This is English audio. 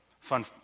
fun